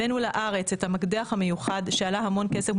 הבאנו לארץ את המקדח המיוחד שעלה המון כסף.